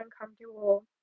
uncomfortable